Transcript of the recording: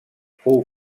fou